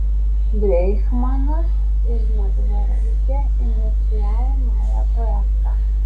breichmanas ir niedvaraitė inicijavo naują projektą